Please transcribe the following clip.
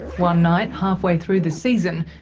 one night halfway through the season,